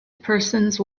persons